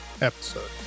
episode